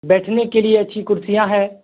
بیٹھنے کے لیے اچھی کرسیاں ہیں